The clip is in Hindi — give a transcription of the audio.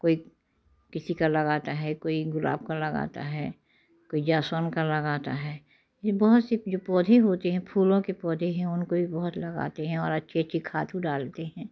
कोई किसी का लगाता है कोई गुलाब का लगाता है कोई जैसमीन का लगाता है ये बहुत सी जो पौधे होते हैं फूलों के पौधे हैं उनको भी बहुत लगाते हैं और अच्छे अच्छे खाद डालते हैं